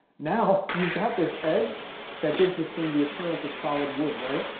now you've got this edge that gives this thing the appearance of solid wood, right?